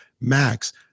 max